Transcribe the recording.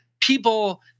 people